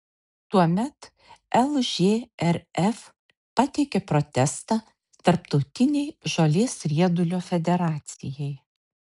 tuomet lžrf pateikė protestą tarptautinei žolės riedulio federacijai